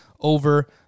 over